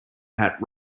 hat